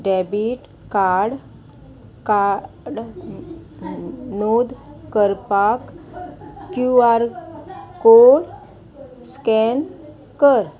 debit card card नोंद करपाक Q R code scan कर